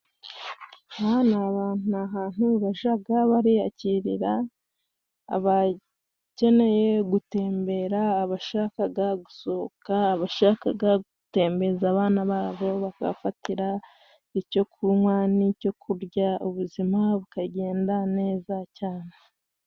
Aha ni ahantu bajaga bariyakirira, abakeneye gutembera, abashakaga gusohoka, abashakaga gutembereza abana babo, bakahafatira icyo kunywa n'icyo kurya, ubuzima bukagenda neza cyane.